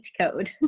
code